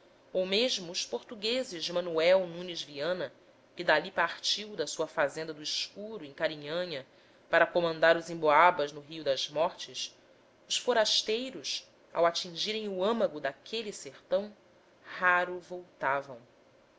ou mesmo os portugueses de manuel nunes viana que dali partiu da sua fazenda do escuro em carinhanha para comandar os emboabas no rio das mortes os forasteiros ao atingirem o âmago daquele sertão raro voltavam